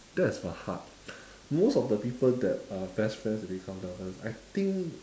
that is !wah! hard most of the people that are best friends to become lovers I think